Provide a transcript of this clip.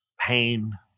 pain